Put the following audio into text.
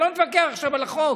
אני לא מתווכח עכשיו על החוק.